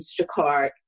Instacart